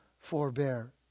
forbear